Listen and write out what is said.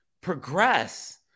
progress